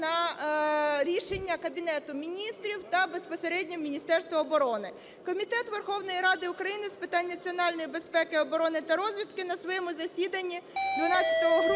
на рішення Кабінету Міністрів та безпосередньо Міністерства оборони. Комітет Верховної Ради України з питань національної безпеки, оборони та розвідки на своєму засіданні 12 грудня